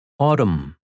Autumn